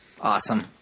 Awesome